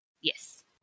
Yes